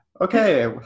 Okay